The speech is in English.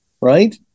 right